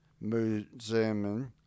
Museum